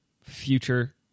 future